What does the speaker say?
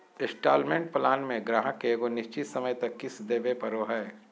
instalment plan मे गाहक के एगो निश्चित समय तक किश्त देवे पड़ो हय